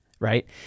right